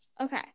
Okay